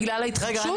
בגלל ההתחדשות?